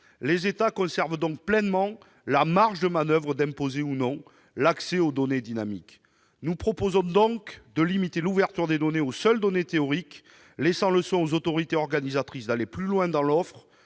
Les États conservent donc pleinement une marge de manoeuvre pour imposer ou non l'accès aux données dynamiques. Nous proposons de limiter l'ouverture des données aux seules données théoriques, laissant le soin aux autorités organisatrices d'aller plus loin dans l'offre